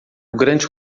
grande